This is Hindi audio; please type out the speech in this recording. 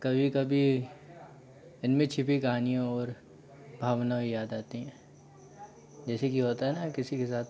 कभी कभी इन में छिपी कहानियों और भावना याद आती हैं जैसे कि होता है ना किसी के साथ